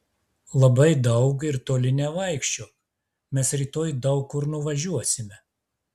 labai daug ir toli nevaikščiok mes rytoj daug kur nuvažiuosime